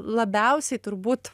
labiausiai turbūt